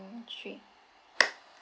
three